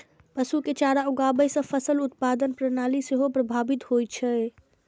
पशु के चारा उगाबै सं फसल उत्पादन प्रणाली सेहो प्रभावित होइ छै